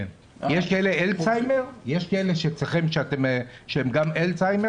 יש כאלה אצלכם עם אלצהיימר?